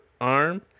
arm